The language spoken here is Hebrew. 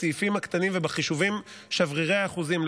בסעיפים הקטנים ובחישובים של שברירי האחוזים,